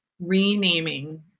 renaming